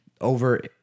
over